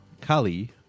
kali